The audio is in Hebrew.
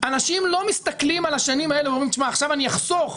אנשים לא מסתכלים על השנים האלה ואומרים עכשיו אני אחסוך.